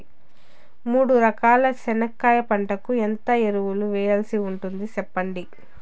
మూడు ఎకరాల చెనక్కాయ పంటకు ఎంత ఎరువులు వేయాల్సి ఉంటుంది సెప్పండి?